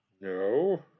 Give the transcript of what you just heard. No